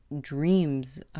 dreams